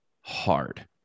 hard